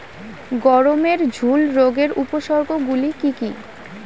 গমের ঝুল রোগের উপসর্গগুলি কী কী?